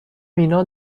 مینا